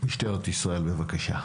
משטרת ישראל, בבקשה.